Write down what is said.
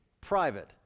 private